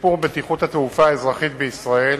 שיפור בטיחות התעופה האזרחית בישראל